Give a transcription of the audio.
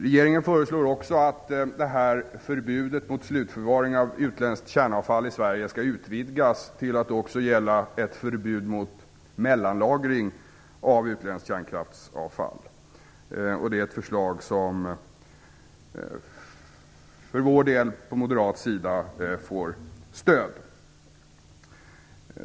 Regeringen föreslår också att förbudet mot slutförvaring av utländskt kärnavfall i Sverige skall utvidgas till att också gälla mellanlagring av utländskt kärnkraftsavfall. Det är ett förslag till förbud som får stöd från moderat håll.